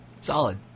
Solid